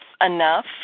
enough